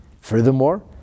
Furthermore